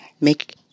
Make